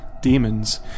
demons